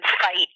fight